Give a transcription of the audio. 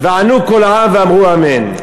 וענו כל העם ואמרו אמן.